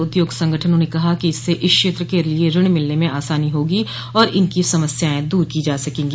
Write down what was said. उद्योग संगठनों ने कहा कि इससे इस क्षेत्र के लिए ऋण मिलने में आसानी होगी और इनकी समस्याएं दूर की जा सकेंगी